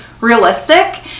realistic